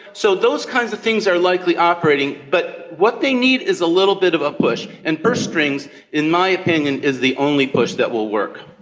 so those kinds of things are likely operating. but what they need is a little bit of a push, and purse strings in my opinion is the only push that will work.